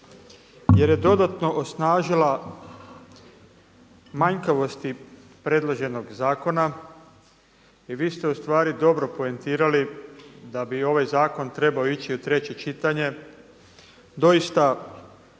jer je dodatno osnažila manjkavosti predloženog zakona i vi ste dobro poentirali da bi ovaj zakon trebao ići u treće čitanje. Doista, gotovo